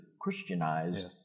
Christianized